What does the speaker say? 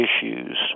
issues